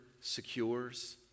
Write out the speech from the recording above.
secures